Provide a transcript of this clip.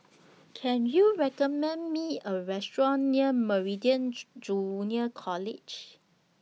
Can YOU recommend Me A Restaurant near Meridian Junior College